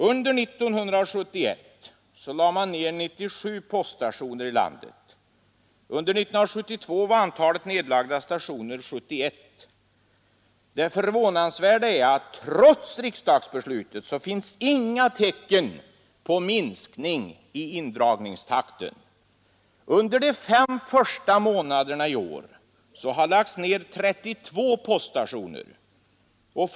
Under 1971 lade man ned 97 poststationer i landet. Under 1972 var antalet nedlagda stationer 71. Det förvånansvärda är att trots riksdagsbeslutet finns inga tecken på minskning i indragningstakten. Under de fem första månaderna i år har 32 poststationer lagts ned.